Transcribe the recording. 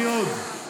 מי עוד?